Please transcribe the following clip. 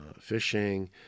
fishing